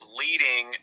leading